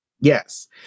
Yes